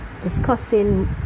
discussing